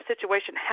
situation